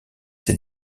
ses